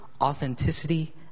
authenticity